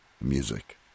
music